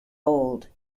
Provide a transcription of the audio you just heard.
old